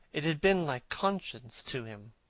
it had been like conscience to him.